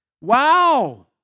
Wow